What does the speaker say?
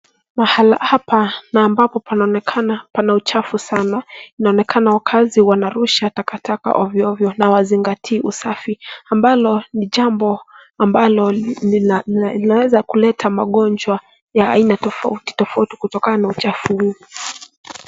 Mahala hapa na ambapo panaonekana pana uchafu sana. Inaonekana wakazi wanarusha takataka ovyoovyo na hawazingatii usafi, ambalo ni jambo ambalo linaweza kuleta magonjwa ya aina tofautitofauti kutokana na uchafu hii.